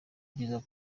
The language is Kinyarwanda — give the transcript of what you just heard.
byiza